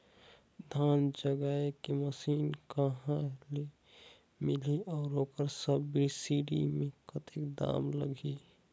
धान जगाय के मशीन कहा ले मिलही अउ सब्सिडी मे कतेक दाम लगही?